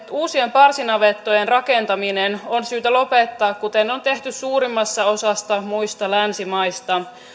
uusien parsinavettojen rakentaminen on syytä lopettaa kuten on tehty suurimmassa osassa muita länsimaita